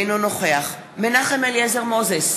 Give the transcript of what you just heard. אינו נוכח מנחם אליעזר מוזס,